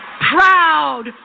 proud